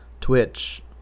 Twitch